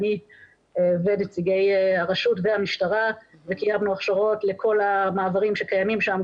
אני ונציגי הרשות והמשטרה וקיימנו הכשרות לכל המעברים שקיימים שם,